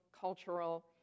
cultural